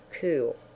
cool